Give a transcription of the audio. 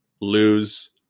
lose